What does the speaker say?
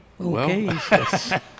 Okay